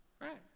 Right